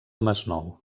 masnou